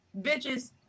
bitches